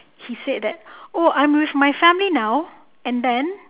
he said that oh I'm with my family now and then